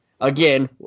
Again